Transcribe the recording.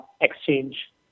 exchange